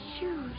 shoes